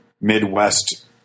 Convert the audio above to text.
Midwest